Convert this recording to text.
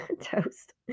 toast